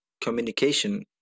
communication